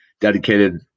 dedicated